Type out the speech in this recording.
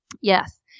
Yes